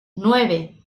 nueve